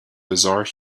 bizarre